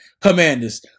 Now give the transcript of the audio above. Commanders